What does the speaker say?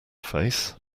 face